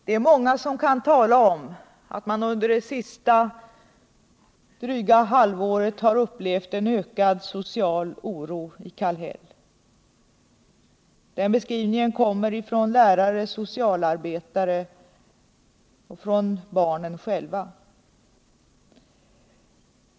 Det är många som kan tala om att de under det sista dryga halvåret har upplevt en ökad social oro i Kallhäll. Denna beskrivning kommer från lärare, socialarbetare och från barnen själva.